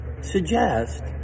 suggest